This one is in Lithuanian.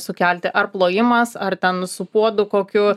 sukelti ar plojimas ar ten su puodu kokiu